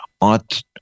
ought